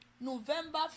november